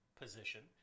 position